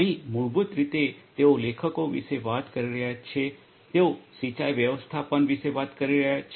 અહીં મૂળભૂત રીતે તેઓ લેખકો વિશે વાત કરી રહ્યા છે તેઓ સિંચાઇ વ્યવસ્થાપન વિશે વાત કરી રહ્યા છે